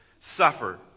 Suffer